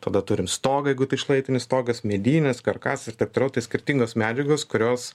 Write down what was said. tada turim stogą jeigu tik šlaitinis stogas medinis karkasai ir taip toliau tai skirtingos medžiagos kurios